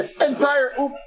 entire